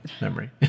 memory